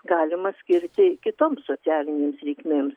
galima skirti kitoms socialinėms reikmėms